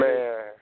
Man